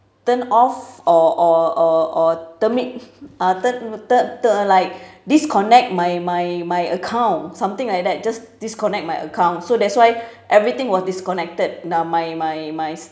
turn off or or or or termit~ uh ter~ ter~ ter~ uh like disconnect my my my account something like that just disconnect my account so that's why everything was disconnected uh my my my